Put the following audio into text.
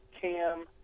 cam